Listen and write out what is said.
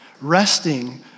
resting